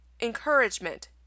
Encouragement